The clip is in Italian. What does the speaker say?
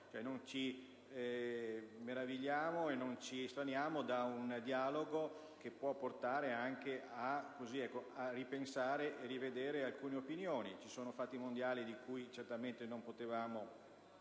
Non ci meravigliamo e non ci estraniamo da un dialogo che può portare a ripensare e rivedere alcune opinioni. Ci sono fatti mondiali di cui non si potevano